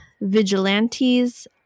Vigilantes